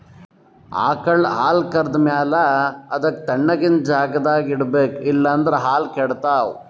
ಆಕಳ್ ಹಾಲ್ ಕರ್ದ್ ಮ್ಯಾಲ ಅದಕ್ಕ್ ತಣ್ಣಗಿನ್ ಜಾಗ್ದಾಗ್ ಇಡ್ಬೇಕ್ ಇಲ್ಲಂದ್ರ ಹಾಲ್ ಕೆಡ್ತಾವ್